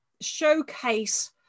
showcase